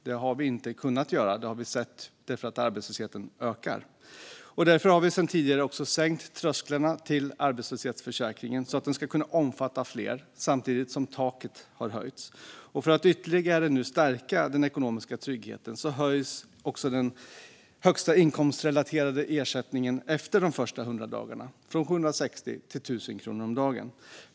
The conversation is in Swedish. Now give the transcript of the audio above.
Det har vi inte kunnat göra - det har vi sett därför att arbetslösheten ökar. Därför har vi sedan tidigare sänkt trösklarna till arbetslöshetsförsäkringen så att den ska kunna omfatta fler, och samtidigt har taket höjts. För att ytterligare stärka den ekonomiska tryggheten höjs nu den högsta inkomstrelaterade ersättningen efter de första 100 dagarna från 760 till 1 000 kronor om dagen.